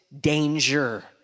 danger